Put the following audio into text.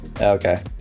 Okay